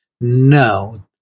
no